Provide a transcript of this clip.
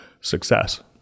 success